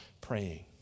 praying